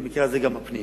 במקרה הזה גם הפנים.